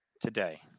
Today